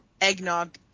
eggnog